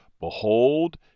behold